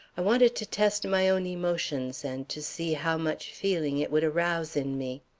i wanted to test my own emotions and to see how much feeling it would arouse in me.